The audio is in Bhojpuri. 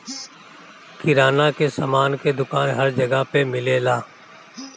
किराना के सामान के दुकान हर जगह पे मिलेला